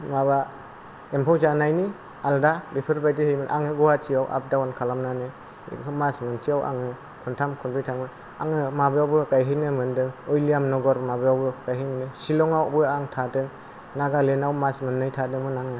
माबा एमफौ जानायनि आलदा बेफोरबादिनि आं गहाटिआव आप दाउन खालामनानै बिहाय मास मोनसेआव खनथाम खनब्रै थाङोमोन आङो माबायावबो गायहैनो मोनदों विलियाम नगर आवबो गायहैनो मोनदों शिलंआवबो आं थादों नागालेण्डआव मास मोननै थादोंमोन आङो